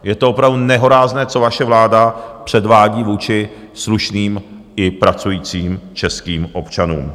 Je to opravdu nehorázné, co vaše vláda předvádí vůči slušným i pracujícím českým občanům!